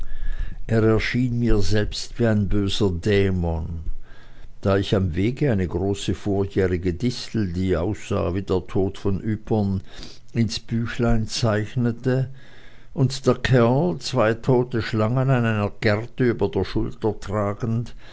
erschien mir selbst wie ein böser dämon da ich am wege eine große vorjährige distel die aussah wie der tod von ypern ins büchlein zeichnete und der kerl zwei tote schlangen an einer gerte über der schulter tragend